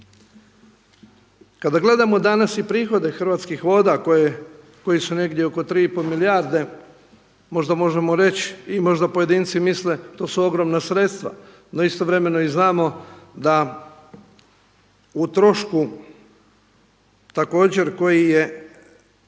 Kada gledamo danas i prihode Hrvatskih voda koji su negdje oko 3 i pol milijarde, možda možemo reći i možda pojedinci misle to su ogromna sredstva. No, istovremeno i znamo da u trošku također koji je